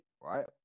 Right